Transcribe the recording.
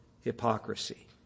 hypocrisy